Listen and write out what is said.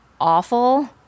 awful